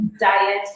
diet